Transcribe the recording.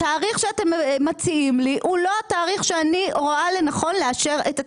התאריך שאתם מציעים לי הוא לא התאריך שאני רואה לנכון לאשר את התקציב.